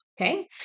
okay